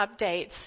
updates